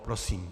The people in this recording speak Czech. Prosím.